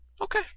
Okay